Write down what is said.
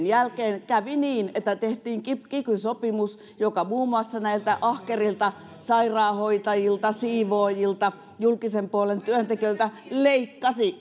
jälkeen kävi niin että tehtiin kiky sopimus joka muun muassa näiltä ahkerilta sairaanhoitajilta siivoojilta julkisen puolen työntekijöiltä leikkasi